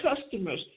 customers